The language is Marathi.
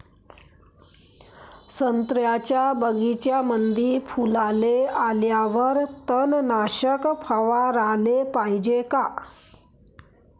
संत्र्याच्या बगीच्यामंदी फुलाले आल्यावर तननाशक फवाराले पायजे का?